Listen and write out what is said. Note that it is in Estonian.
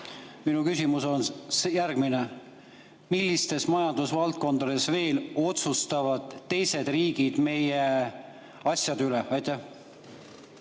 Minu küsimus on järgmine: millistes majandusvaldkondades veel otsustavad teised riigid meie asjade üle? Aitäh,